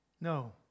No